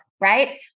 Right